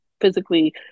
physically